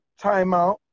timeout